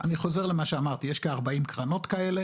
אני חוזר למה שהתחלתי, יש כ-40 קרנות כאלה